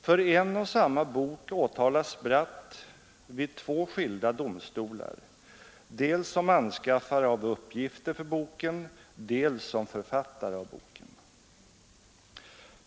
För en och samma bok åtalas Bratt vid två skilda domstolar, dels som anskaffare av uppgifter för boken, dels som författare av boken.